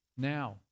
Now